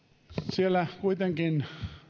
siellä kuitenkin